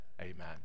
amen